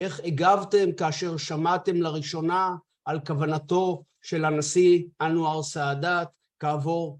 איך הגבתם כאשר שמעתם לראשונה על כוונתו של הנשיא אנואר סעדת כעבור?